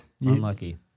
Unlucky